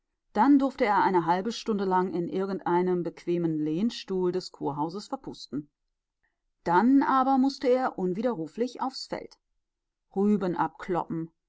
dann durfte er eine halbe stunde lang in irgendeinem bequemen lehnstuhl des kurhauses verpusten dann aber mußte er unwiderruflich aufs feld